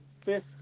fifth